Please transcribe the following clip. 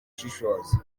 ushishoza